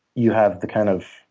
you have the kind of